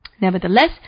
Nevertheless